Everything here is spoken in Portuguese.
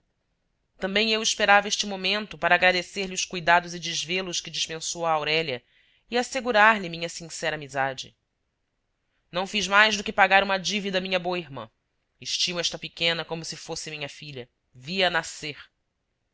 também eu esperava este momento para agradecer-lhe os cuidados e desvelos que dispensou a aurélia e assegurar lhe minha sincera amizade não fiz mais do que pagar uma dívida à minha boa irmã estimo esta pequena como se fosse minha filha vi-a nascer